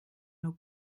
nur